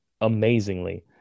amazingly